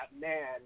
man